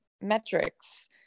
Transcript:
metrics